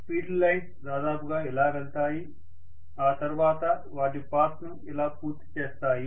field lines దాదాపుగా ఇలా వెళ్తాయి ఆ తర్వాత వాటి పాత్ ను ఇలా పూర్తి చేస్తాయి